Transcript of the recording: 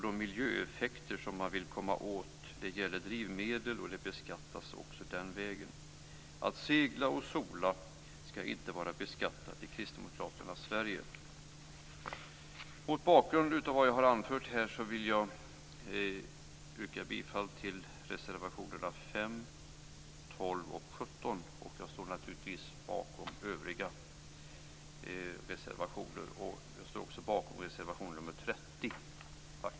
De miljöeffekter som man vill komma åt gäller drivmedel och beskattas också den vägen. Att segla och sola skall inte vara beskattat i Kristdemokraternas Sverige! Mot bakgrund av vad jag har anfört vill jag yrka bifall till reservationerna nr 5, 12 och 17. Jag står naturligtvis bakom övriga reservationer. Jag står också bakom reservation nr 30. Tack!